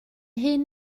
hyn